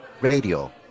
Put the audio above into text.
Radio